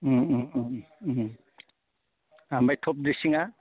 ओमफ्राय टप द्रेसिंआ